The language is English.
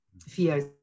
fears